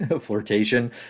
Flirtation